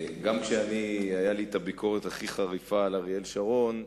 גם כשהיתה לי הביקורת הכי חריפה על אריאל שרון,